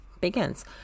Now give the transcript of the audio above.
begins